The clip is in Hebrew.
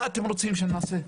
מה אתם רוצים שנעשה?